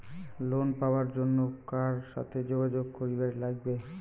Loan পাবার জন্যে কার সাথে যোগাযোগ করিবার লাগবে?